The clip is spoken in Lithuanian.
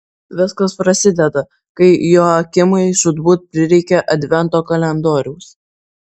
viskas prasideda kai joakimui žūtbūt prireikia advento kalendoriaus